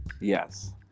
yes